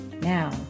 Now